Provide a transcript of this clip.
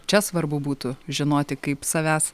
čia svarbu būtų žinoti kaip savęs